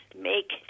make